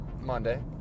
Monday